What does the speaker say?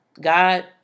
God